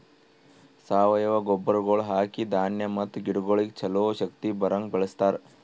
ಸಾವಯವ ಗೊಬ್ಬರಗೊಳ್ ಹಾಕಿ ಧಾನ್ಯ ಮತ್ತ ಗಿಡಗೊಳಿಗ್ ಛಲೋ ಶಕ್ತಿ ಬರಂಗ್ ಬೆಳಿಸ್ತಾರ್